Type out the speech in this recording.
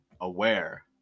aware